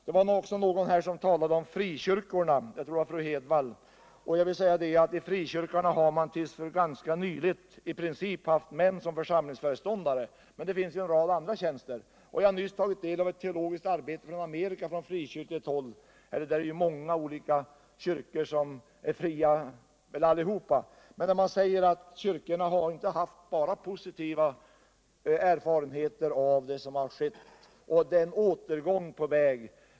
Det var någon som talade om frikyrkorna — jag tror att det var fru Hedvall. Inom frikyrkorna har man ända till helt nyligen i princip haft män som församlingsföreståndare, men det finns ju en rad andra tjänster både där och inom kyrkan. Jag har nyligen tagit del av ett teologiskt arbete från amerikanskt frikyrkohåll — där finns ju många fria kyrkor. Det sägs i arbetet att kyrkan inte enbart har haft positiva erfarenheter av kvinnliga präster och att en återgång nu är på gång.